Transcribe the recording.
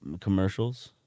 commercials